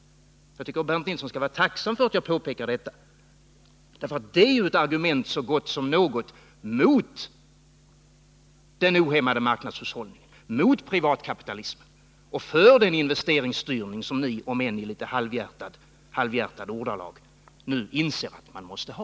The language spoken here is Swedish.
Jag tycker att Bernt Nilsson skall vara tacksam för att jag påpekar detta, eftersom det är ett argument så gott som något mot den ohämmade marknadshushållningen och mot privatkapitalismen men för den investeringsstyrning som ni — om än i litet halvhjärtade ordalag — nu inser att vi måste ha.